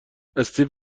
استیو